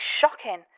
shocking